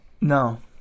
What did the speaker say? No